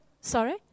Sorry